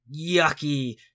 yucky